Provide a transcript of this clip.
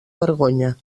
vergonya